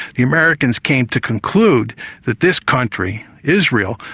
the americans came to conclude that this country, israel,